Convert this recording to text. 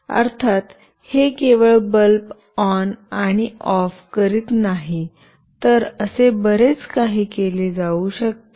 अर्थात हे केवळ बल्ब ऑन आणि ऑफ करीत नाही तर असे बरेच काही केले जाऊ शकते